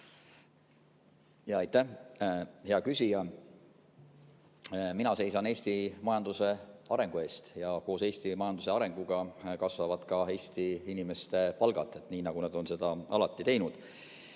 Aitäh, hea küsija! Mina seisan Eesti majanduse arengu eest ja koos Eesti majanduse arenguga kasvavad ka Eesti inimeste palgad, nii nagu nad on seda alati teinud.